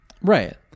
Right